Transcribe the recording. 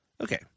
Okay